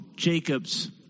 jacob's